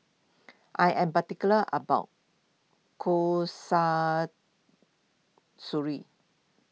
I am particular about Kasturi